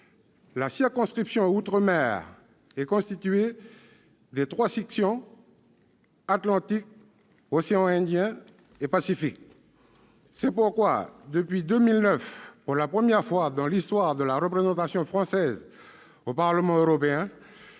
la circonscription outre-mer est constituée de trois sections : Atlantique, océan Indien et Pacifique. Depuis 2009, pour la première fois dans l'histoire de la représentation française au Parlement européen,